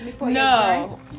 No